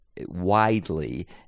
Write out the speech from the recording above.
widely